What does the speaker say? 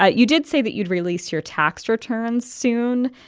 ah you did say that you'd release your tax returns soon.